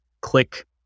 click